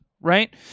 right